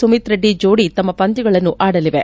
ಸುಮೀತ್ ರೆಡ್ಡಿ ಜೋಡಿಗಳು ತಮ್ಮ ಪಂದ್ಯಗಳನ್ನು ಆಡಲಿವೆ